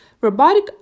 Robotic